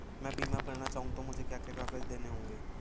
मैं बीमा करना चाहूं तो मुझे क्या क्या कागज़ देने होंगे?